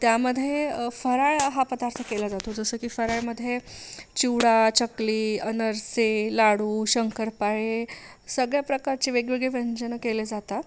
त्यामध्ये फराळ हा पदार्थ केला जातो जसं की फराळमध्ये चिवडा चकली अनारसे लाडू शंकरपाळे सगळ्या प्रकारचे वेगवेगळे व्यंजनं केले जातात